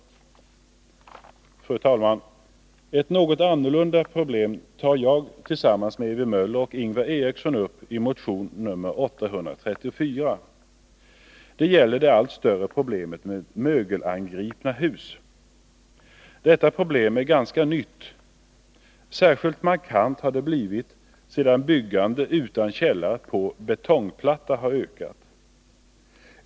Fru talman! Ett något annorlunda problem tar jag tillsammans med Ewy Möller och Ingvar Eriksson upp i motion 834. Det gäller det allt större problemet med mögelangripna hus. Detta problem är ganska nytt. Särskilt markant har det blivit sedan byggande utan källare på betongplatta ökat.